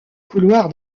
couloir